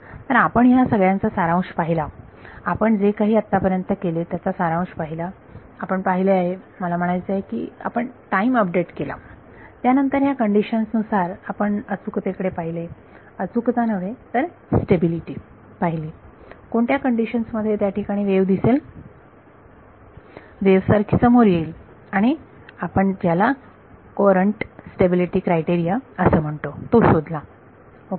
तर आपण या सगळ्याचा सारांश पाहिला आपण जे काही आत्तापर्यंत केले त्याचा सारांश पाहिला आपण पाहिले आहे मला म्हणायचे आहे आपण टाईम अपडेट केला त्यानंतर ह्या कंडिशन नुसार आपण अचुकते कडे पाहिले अचूकता नव्हे तर स्टेबिलिटी पाहिली कोणत्या कंडिशन्स मध्ये त्याठिकाणी वेव्ह दिसेल वेव्ह सारखी समोर येईल आणि आपण ज्याला कुरंट स्टेबिलिटी क्रायटेरिया असे म्हणतो तो शोधला ओके